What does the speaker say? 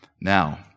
Now